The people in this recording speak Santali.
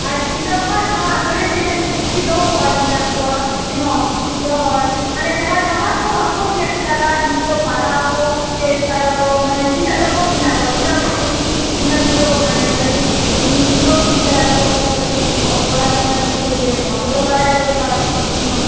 ᱟᱨ ᱛᱤᱱᱟ ᱜ ᱦᱚᱲ ᱱᱚᱣᱟ ᱟᱹᱛᱩᱨᱮ ᱛᱤᱱᱟ ᱜ ᱥᱤᱠᱽᱠᱷᱤᱛᱚ ᱦᱚᱲ ᱢᱮᱱᱟᱜ ᱠᱚᱣᱟ ᱛᱤᱱᱟ ᱜ ᱚᱥᱤᱠᱽᱠᱷᱤᱛᱚ ᱦᱚᱲ ᱢᱟᱱᱮ ᱡᱟᱦᱟᱸᱭ ᱯᱟᱲᱦᱟᱜ ᱠᱚ ᱵᱟᱠᱚ ᱪᱮᱫ ᱟᱠᱟᱫᱟ ᱱᱤᱛᱚᱜ ᱯᱟᱲᱦᱟᱣ ᱠᱚ ᱪᱮᱫ ᱠᱟᱫᱟᱠᱚ ᱢᱟᱱᱮ ᱛᱤᱱᱟ ᱜ ᱨᱚᱠᱚᱢ ᱢᱮᱱᱟᱜ ᱠᱚᱣᱟ ᱛᱤᱱᱟ ᱜ ᱯᱷᱮᱢᱮᱞᱤ ᱛᱤᱱᱟ ᱜ ᱱᱤᱛᱚᱜ ᱠᱟᱹᱴᱤᱡ ᱢᱟᱱᱮ ᱩᱱᱱᱚᱛᱤ ᱟᱠᱟᱫᱟᱠᱚ ᱠᱟ ᱴᱤᱡ ᱯᱚᱲᱟ ᱥᱩᱱᱟ ᱫᱤᱠ ᱛᱷᱮᱠᱮ ᱱᱚᱣᱟ ᱠᱚᱫᱚ ᱵᱟᱰᱟᱭ ᱫᱚᱨᱠᱟᱨ ᱱᱚᱣᱟ